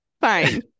fine